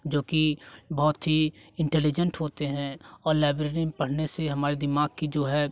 जो कि बहुत ही इंटेलीजेंट होते हैं और लाइब्रेरी में पढ़ने से हमारे दिमाग की जो है